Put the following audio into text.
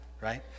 right